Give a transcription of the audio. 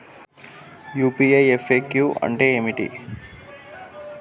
UPI FAQ అంటే ఏమిటి?